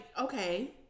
okay